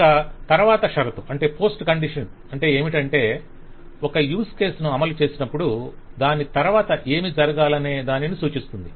ఇక తరవాత షరతు అంటే ఏమిటంటే ఒక యూస్ కేస్ ను అమలుచేసినప్పుడు దాని తరవాత ఏమీ జరగాలనేదానిని సూచిస్తుంది